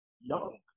young